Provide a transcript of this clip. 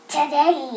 Today